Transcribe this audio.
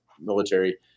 military